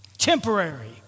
temporary